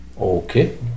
Okay